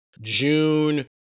June